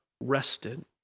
rested